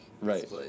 Right